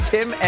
Tim